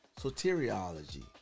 soteriology